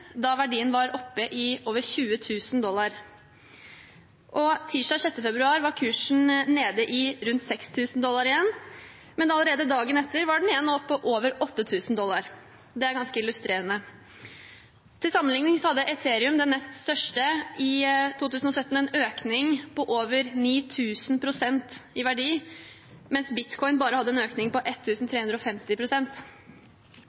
da verdien var oppe i over 20 000 dollar. Tirsdag 6. februar var kursen nede i rundt 6 000 dollar igjen, men allerede dagen etter var den igjen på over 8 000 dollar. Det er ganske illustrerende. Til sammenligning hadde ethereum, den nest største, i 2017 en økning i verdi på over 9 000 pst., mens bitcoin bare hadde en økning på